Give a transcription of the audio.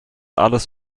alles